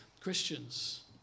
Christians